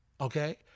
okay